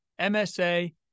MSA